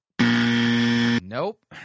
Nope